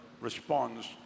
responds